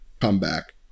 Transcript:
comeback